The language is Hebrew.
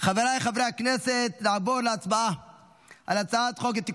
חברת הכנסת פנינה תמנו